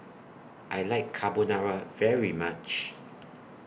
I like Carbonara very much